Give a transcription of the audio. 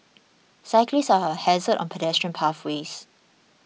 cyclists are a hazard on pedestrian pathways